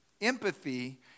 Empathy